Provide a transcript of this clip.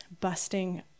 busting